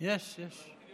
יחד עם מתן כהנא.